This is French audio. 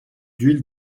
d’huile